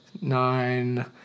nine